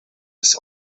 ist